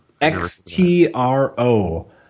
x-t-r-o